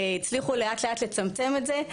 הצליחו לאט לאט לצמצם את זה,